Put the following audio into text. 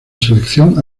selección